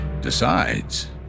decides